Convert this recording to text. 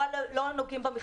לא נוגעים במכסות.